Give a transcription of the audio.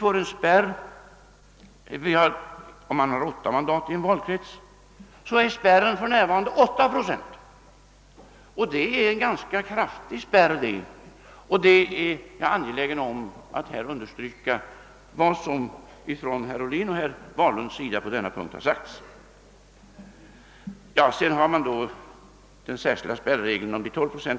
I en valkrets med 8 mandat är spärren för närvarande 8 procent, och det är en ganska kraftig spärr. Jag är angelägen om att understryka vad som i det avseendet har sagts av herrar Ohlin och Wahlund. Dessutom «föreslås den särskilda spärregeln med 12 procent.